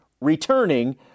returning